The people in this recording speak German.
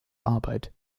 arbeit